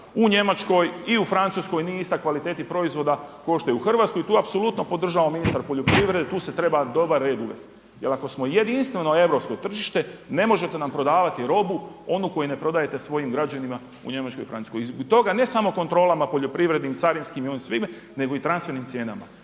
u Njemačkoj i u Francuskoj nije ista kvaliteti proizvoda kao što je u Hrvatskoj. Tu apsolutno podržavam ministra poljoprivrede tu se treba dobar red uvesti jer ako smo jedinstveno europsko tržište ne možete nam prodavati robu onu koju ne prodajte svojim građanima u Njemačkoj i Francuskoj ne samo kontrolama poljoprivrednim, carinskim i onim svime nego i transfernim cijenama.